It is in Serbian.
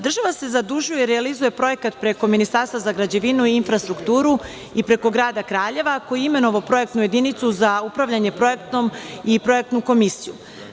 Država se zadužuje, realizuje projekat preko Ministarstva za građevinu i infrastrukturu i preko grada Kraljeva koji je imenovao projektnu jedinicu za upravljanje projektom i projektnu komisiju.